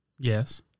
Yes